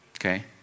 Okay